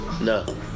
No